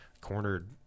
cornered